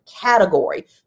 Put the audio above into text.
category